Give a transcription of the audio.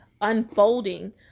unfolding